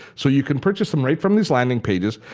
so you can purchase them right from these landing pages.